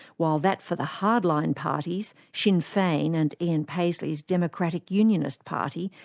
while that for the hardline parties, sinn fein and ian paisley's democratic unionist party,